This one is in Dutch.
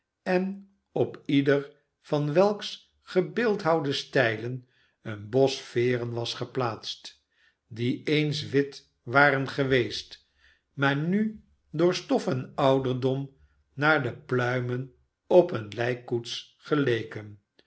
en op ieder van welks gebeeldhouwde stijlen een bos veeren was geplaatst die eens wit waren geweest maar nu door stof en ouderdom naar de pluimen op eene lijkkoets geleken